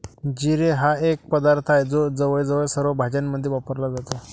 जिरे हा एक पदार्थ आहे जो जवळजवळ सर्व भाज्यांमध्ये वापरला जातो